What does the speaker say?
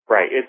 Right